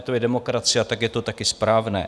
To je demokracie a tak je to taky správné.